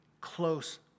close